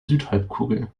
südhalbkugel